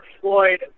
Floyd